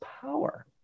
power